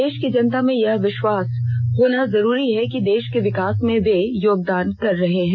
देश की जनता में यह विश्वास होना जरूरी है कि देश के विकास में वे योगदान कर रहे हैं